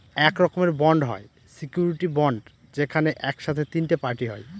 এক রকমের বন্ড হয় সিওরীটি বন্ড যেখানে এক সাথে তিনটে পার্টি হয়